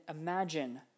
imagine